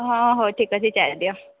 ହଁ ହଁ ହଉ ଠିକ ଅଛି ଚାଏ ଦିଅ